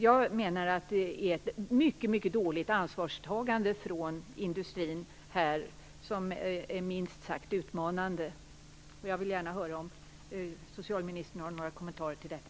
Jag menar att det handlar om ett dåligt ansvarstagande från industrins sida. Man är minst sagt utmanande. Jag vill gärna höra om socialministern har några kommentarer kring detta.